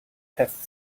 test